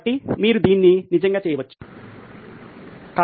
కాబట్టి మీరు దీన్ని నిజంగా చేయవచ్చు దీనిపై పని చేయండి